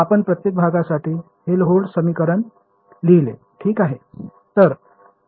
आपण प्रत्येक भागासाठी हेल्होल्ट्ज समीकरण लिहिले ठीक आहे